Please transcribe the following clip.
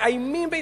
מאיימים.